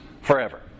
forever